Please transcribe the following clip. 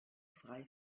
frei